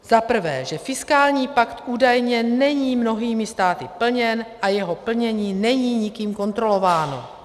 Za prvé, že fiskální pakt údajně není mnohými státy plněn a jeho plnění není nikým kontrolováno.